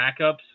backups